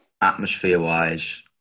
atmosphere-wise